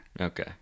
Okay